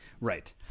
Right